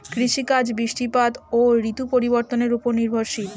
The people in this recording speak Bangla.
কৃষিকাজ বৃষ্টিপাত ও ঋতু পরিবর্তনের উপর নির্ভরশীল